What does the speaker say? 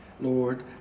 Lord